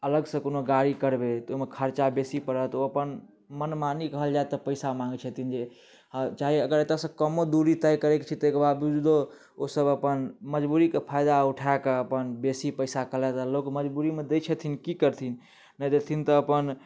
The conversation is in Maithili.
अलग सऽ कोनो गाड़ी करबै तऽ ओहिमे खर्चा बेसी पड़त ओ अपन मनमानी कहल जाए तऽ पैसा माँगै छथिन जे चाहे अगर एतऽ सऽ कमो दूरी तय करै के छै ताहि के बावजूदो ओ सब अपन मजबूरी के फायदा उठा कऽ अपन बेसी पैसा कहलैथि लोक मजबूरीमे दै छथिन की करथिन नहि देथिन तऽ अपन